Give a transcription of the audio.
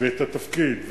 ואת התפקיד,